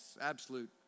Absolute